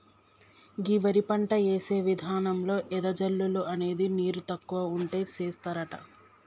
గీ వరి పంట యేసే విధానంలో ఎద జల్లుడు అనేది నీరు తక్కువ ఉంటే సేస్తారట